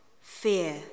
fear